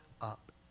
up